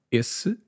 esse